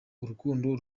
urukundo